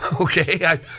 okay